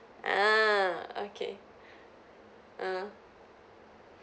ah okay ah